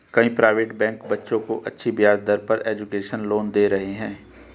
कई private bank बच्चों को अच्छी ब्याज दर पर एजुकेशन लोन दे रहे है